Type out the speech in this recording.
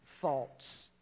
thoughts